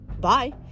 bye